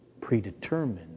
predetermined